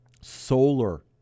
Solar